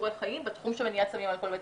כישורי חיים בתחום של מניעת סמים ואלכוהול.